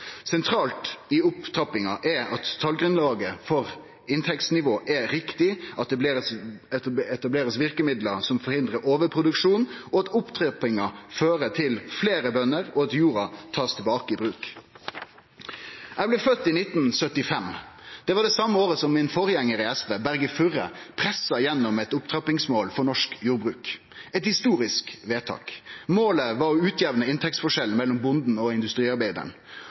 Sentralt i opptrappinga er at talgrunnlaget for inntektsnivået er riktig, at det blir etablert verkemiddel som forhindrar overproduksjon, at opptrappinga fører til fleire bønder, og at jorda blir tatt tilbake i bruk. Eg blei fødd i 1975. Det var det same året min forgjengar i SV, Berge Furre, pressa gjennom eit opptrappingsmål for norsk jordbruk – eit historisk vedtak. Målet var å utjamne inntektsforskjellen mellom bonden og